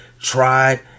tried